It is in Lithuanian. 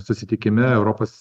susitikime europos